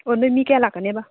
ꯑꯣ ꯅꯣꯏ ꯃꯤ ꯀꯌꯥ ꯂꯥꯛꯀꯅꯦꯕ